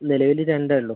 നിലവിൽ രണ്ടേ ഉള്ളൂ